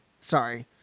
sorry